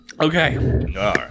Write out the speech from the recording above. Okay